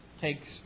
takes